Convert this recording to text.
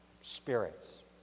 spirits